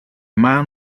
man